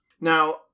Now